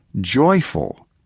joyful